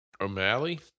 O'Malley